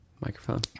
microphone